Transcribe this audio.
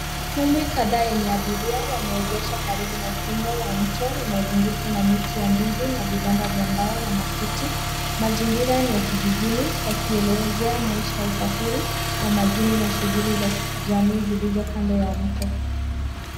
Mitumbwi kadhaa yenye abiria wameegesha karibu na ukingo wa mto unaozungukwa na miti ya ndizi na vibanda vya mbao na makuti. Mazingira ni ya kijijini, yakielezea maisha ya usafiri wa majini na shughuli za jamii zilizo kando ya mto.